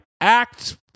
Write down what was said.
act